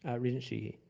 ah regent sheehy?